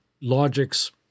Logic's